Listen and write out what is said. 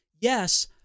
Yes